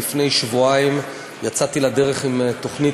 לפני שבועיים יצאתי לדרך עם תוכנית